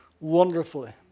wonderfully